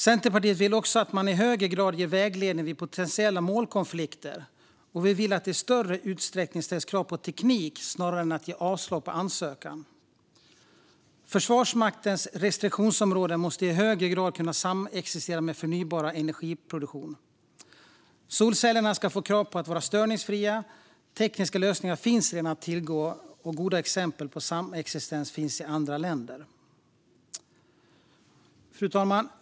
Centerpartiet vill också att man i högre grad ger vägledning vid potentiella målkonflikter och att man i större utsträckning ställer krav på teknik snarare än att ge avslag på ansökan. Försvarsmaktens restriktionsområden måste i högre grad kunna samexistera med förnybar energiproduktion. Solcellerna ska få krav på att vara störningsfria. Tekniska lösningar finns redan att tillgå, och goda exempel på samexistens finns i andra länder. Fru talman!